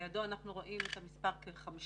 לידו אנחנו רואים את המספר כ-50%.